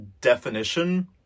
definition